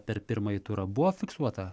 per pirmąjį turą buvo fiksuota